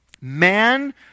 Man